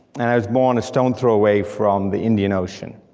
and i was born a stone throw away from the indian ocean,